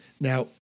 Now